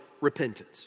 repentance